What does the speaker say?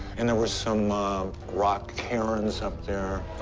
and there were some rock cairns up there,